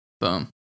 Boom